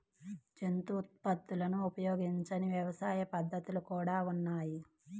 జంతు ఉత్పత్తులను ఉపయోగించని వ్యవసాయ పద్ధతులు కూడా ఉన్నాయి